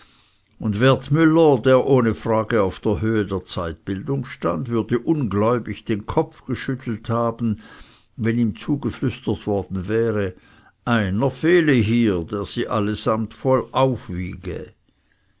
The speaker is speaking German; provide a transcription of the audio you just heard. und wertmüller der ohne frage auf der höhe der zeitbildung stand würde ungläubig den kopf geschüttelt haben wenn ihm zugeflüstert worden wäre einer fehle hier der sie alle insgesamt voll aufwiege